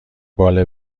باله